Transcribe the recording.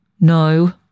No